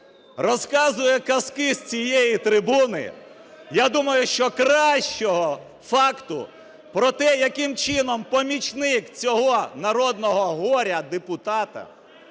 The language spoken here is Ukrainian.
розказує казки з цієї трибуни, я думаю, що кращого факту про те, яким чином помічник цього народного горя-депутата,